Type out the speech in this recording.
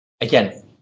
again